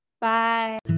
Bye